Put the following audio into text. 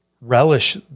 relish